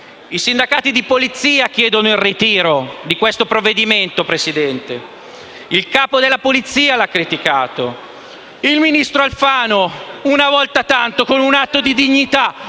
I sindacati di polizia chiedono il ritiro di questo provvedimento; il capo della polizia l'ha criticato; il ministro Alfano, una volta tanto, con un atto di dignità